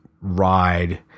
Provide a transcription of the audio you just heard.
ride